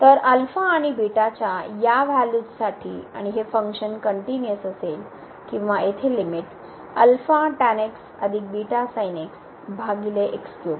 तर आणि च्या या व्हॅल्यूज साठी आणि हे फंक्शन कनट्युनिअस असेल किंवा येथे लिमिट 1 येईल